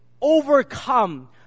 overcome